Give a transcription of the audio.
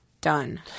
done